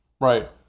right